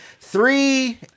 three